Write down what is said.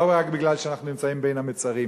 לא רק בגלל שאנחנו נמצאים בין המצרים,